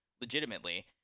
legitimately